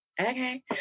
okay